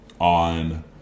On